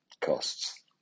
costs